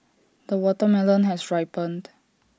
the watermelon has ripened